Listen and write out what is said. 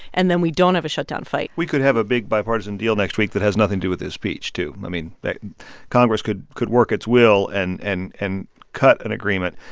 and then we don't have a shutdown fight we could have a big, bipartisan deal next week that has nothing to do with this speech, too. i mean, they congress could could work its will and and and cut an agreement.